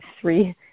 three